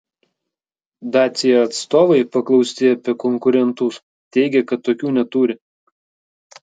dacia atstovai paklausti apie konkurentus teigia kad tokių neturi